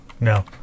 No